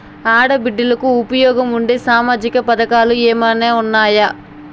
ఆడ బిడ్డలకు ఉపయోగం ఉండే సామాజిక పథకాలు ఏమైనా ఉన్నాయా?